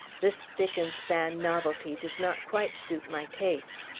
this spick-and-span novelty does not quite suit my taste.